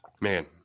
Man